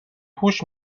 هوش